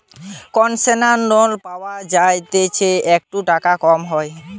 concessional loan পায়া যায় যাতে একটু টাকা কম হচ্ছে